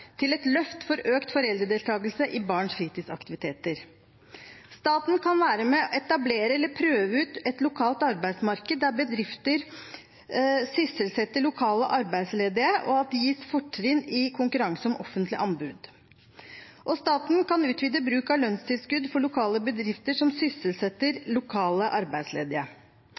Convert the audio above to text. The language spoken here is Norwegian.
et løft for økt foreldredeltakelse i barns fritidsaktiviteter. Staten kan være med og etablere eller prøve ut et lokalt arbeidsmarked der bedrifter sysselsetter lokale arbeidsledige, og at de gis fortrinn i konkurranse om offentlige anbud. Staten kan utvide bruk av lønnstilskudd for lokale bedrifter som sysselsetter lokale arbeidsledige.